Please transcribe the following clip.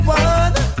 one